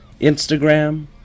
Instagram